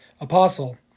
Apostle